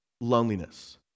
loneliness